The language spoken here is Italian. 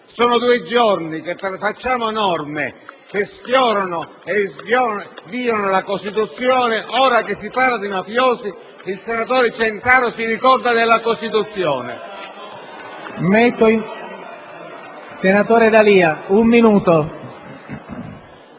Sono due giorni che esaminiamo norme che violano la Costituzione; ora che si parla di mafiosi, il senatore Centaro si ricorda della Costituzione.